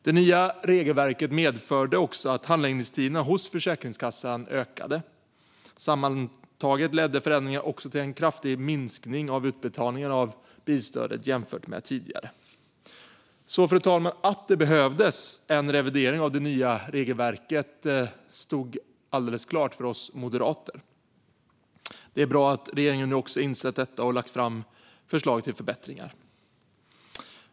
Det nya regelverket medförde också att handläggningstiderna hos Försäkringskassan ökade. Sammantaget ledde förändringen till en kraftig minskning av utbetalningarna av bilstöd jämfört med tidigare. Fru talman! Att det behövdes en revidering av det nya regelverket stod därför alldeles klart för oss moderater. Det är bra att regeringen nu också insett detta och lagt fram förslag till förbättringar.